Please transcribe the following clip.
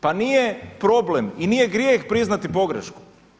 Pa nije problem i nije grijeh priznati pogrešku.